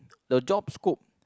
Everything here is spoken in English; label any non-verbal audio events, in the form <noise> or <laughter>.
<noise> the job scope